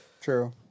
True